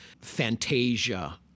fantasia